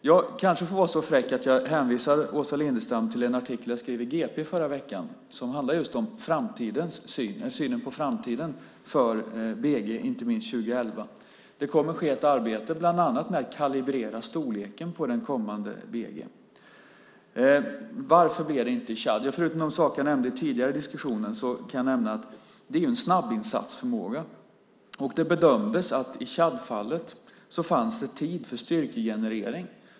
Jag kanske får vara så fräck att jag hänvisar Åsa Lindestam till en artikel jag skrev i GP förra veckan som handlar om synen på framtiden för BG inte minst år 2011. Det kommer att ske ett arbete med att bland annat kalibrera storleken på den kommande BG:n. Varför blev det inte Tchad? Förutom de saker jag nämnde tidigare i diskussionen kan jag nämna att det är en snabbinsatsförmåga. Det bedömdes att det i Tchadfallet fanns tid för styrkegenerering.